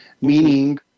Meaning